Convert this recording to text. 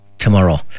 Tomorrow